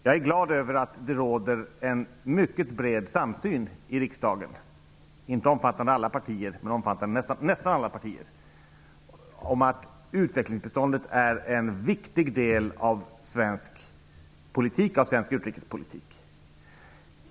Jag är glad över att det råder en mycket bred samsyn i riksdagen som omfattar nästan alla partier om att utvecklingsbiståndet är en viktig del av svensk utrikespolitik.